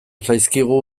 zaizkigu